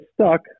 stuck